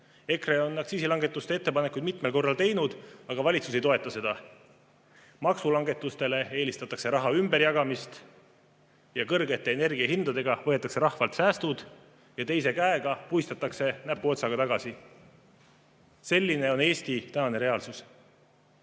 EKRE on aktsiisilangetuse ettepanekuid mitmel korral teinud, aga valitsus ei toeta seda. Maksulangetusele eelistatakse raha ümberjagamist. Kõrgete energiahindadega võetakse rahvalt säästud ja teise käega puistatakse näpuotsaga raha tagasi. Selline on Eesti tänane reaalsus. Eesti